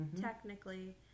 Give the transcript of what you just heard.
technically